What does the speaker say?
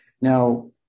Now